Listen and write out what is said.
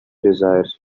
desires